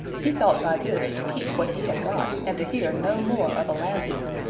he thought by this to keep what he had got, and to hear no more of aladdin.